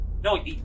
No